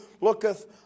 looketh